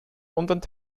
und